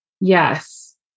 Yes